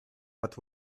but